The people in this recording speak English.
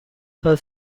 her